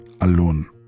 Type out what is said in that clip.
alone